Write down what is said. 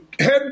Head